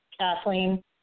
Kathleen